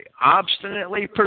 obstinately